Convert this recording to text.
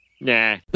Nah